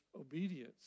obedience